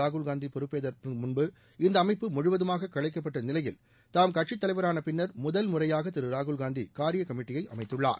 ராகுல் காந்தி பொறுப்பேற்பதற்கு முன்பு இந்த அமைப்பு முழுவதுமாக கலைக்கப்பட்ட நிலையில் தாம் கட்சி தலைவரான பின்னர் முதல் முறையாக திரு ராகுல் காந்தி காரியகமிட்டியை அமைத்துள்ளார்